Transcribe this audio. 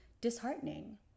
disheartening